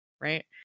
right